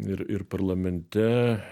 ir ir parlamente